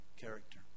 character